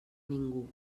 ningú